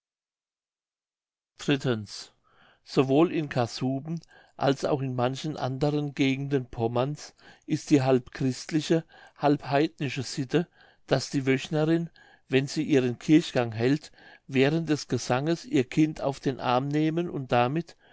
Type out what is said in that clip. sowohl in kassuben als auch in manchen anderen gegenden pommerns ist die halb christliche halb heidnische sitte daß die wöchnerin wenn sie ihren kirchgang hält während des gesanges ihr kind auf den arm nehmen und damit